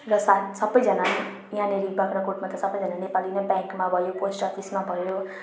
र साथ सबैजनाले यहाँनेरि बाग्राकोटमा त सबैजना नेपाली नै ब्याङ्कमा भयो पोस्ट अफिसमा भयो